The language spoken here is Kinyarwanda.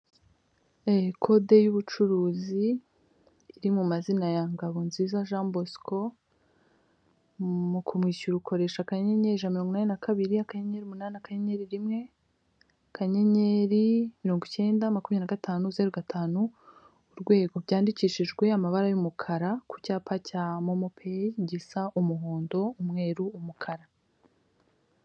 Kode y'ubucuruzi iri mu mazina ya Ngabonziza Jean Bosco mu kumwishyura ukoresha akanyenyeri ijana namitongo inani na kabiri, akanyeri umunani , akanyenyeri rimwe, akanyenyeri mirongo icyenda makumyabiri na gatanu, zeru gatanu urwego byandikishijwe amabara y'umukara ku cyapa cya momopeyi gisa umuhondo, umweru, umukara.